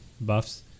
buffs